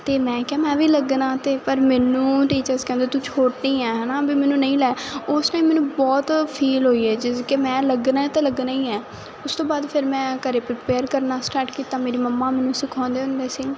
ਤੇ ਮੈਂ ਕਿਹਾ ਮੈਂ ਵੀ ਲੱਗਣਾ ਤੇ ਪਰ ਮੈਨੂੰ ਟੀਚਰ ਕਹਿੰਦੇ ਤੂੰ ਛੋਟੀ ਆ ਹਨਾ ਮੈਨੂੰ ਨਹੀਂ ਲੈ ਉਸ ਟਾਈਮ ਮੈਨੂੰ ਬਹੁਤ ਫੀਲ ਹੋਈ ਹੈ ਜਿਸ ਕਿ ਮੈਂ ਲੱਗਣਾ ਤਾਂ ਲੱਗਣਾ ਹੀ ਹੈ ਉਸ ਤੋਂ ਬਾਅਦ ਫਿਰ ਮੈਂ ਕਰੇ ਪਰੀਪੇਅਰ ਕਰਨਾ ਸਟਾਰਟ ਕੀਤਾ ਮੇਰੀ ਮਮਾ ਮੈਨੂੰ ਸਿਖਾਉਂਦੇ ਹੁੰਦੇ ਸੀ